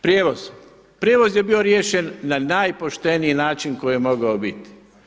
Prijevoz, prijevoz je bio riješen na najpošteniji način koji je mogao biti.